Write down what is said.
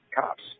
cops